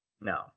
No